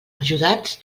ajudats